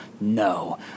no